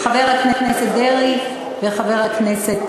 חבר הכנסת דרעי וחבר הכנסת